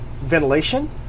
ventilation